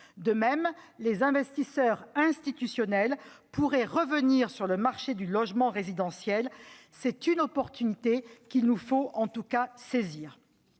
De même, les investisseurs institutionnels pourraient revenir sur le marché du logement résidentiel. C'est une opportunité qu'il nous faut en tout cas saisir.